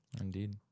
Indeed